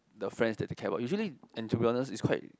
the friends that they care about usually and to be honest it's quite